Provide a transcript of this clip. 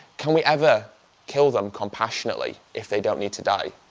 can we ever kill them compassionately if they don't need to die?